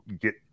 get